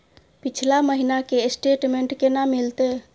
पिछला महीना के स्टेटमेंट केना मिलते?